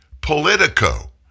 Politico